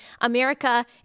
America